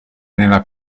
nella